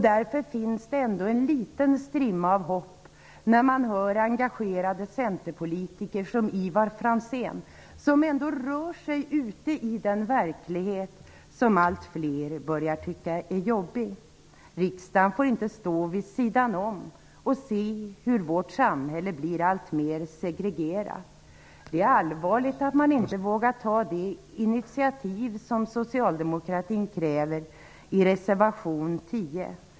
Därför finns det ändå en liten strimma av hopp när man hör engagerade centerpolitiker som Ivar Franzén, som rör sig ute i den verklighet som allt fler börjar tycka är jobbig. Riksdagen får inte stå vid sidan om och se hur vårt samhälle blir alltmer segregerat. Det är allvarligt att man inte vågar ta det initiativ som socialdemokratin kräver i reservation 10.